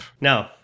No